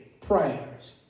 prayers